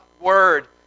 Word